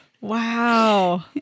Wow